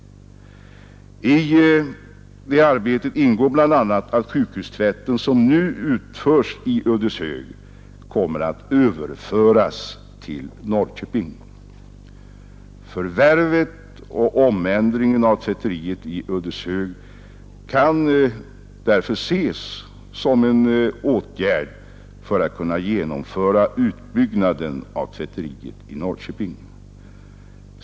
I det arbetet ingår bl.a. att sjukhustvätten, som nu utförs i Ödeshög, kommer att överföras till Norrköping. Förvärvet och omändringen av tvätteriet i Ödeshög kan därför ses som en åtgärd för att säkra utbyggnaden av tvätteriet i Norrköping.